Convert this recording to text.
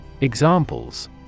Examples